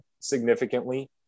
significantly